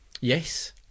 yes